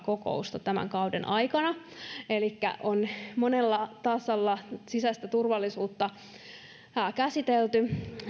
kokousta tämän kauden aikana elikkä on monella tasolla sisäistä turvallisuutta käsitelty